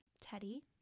Teddy